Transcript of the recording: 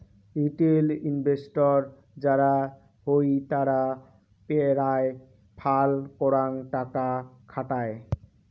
retail investor যারা হই তারা পেরায় ফাল করাং টাকা খাটায়